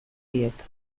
diet